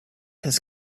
his